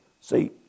See